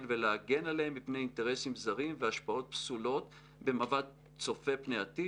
ולהגן עליהם מפני אינטרסים זרים והשפעות פסולות במבט צופה פני עתיד,